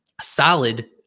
solid